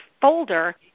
folder